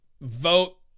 vote